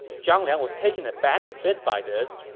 zhang liang was taken aback a bit by this,